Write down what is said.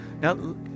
Now